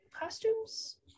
costumes